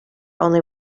only